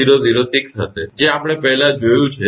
8006 હશે જે આપણે પહેલાં જોયું છે